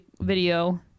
video